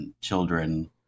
children